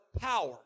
power